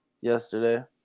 yesterday